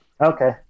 Okay